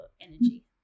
energy